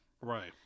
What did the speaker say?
Right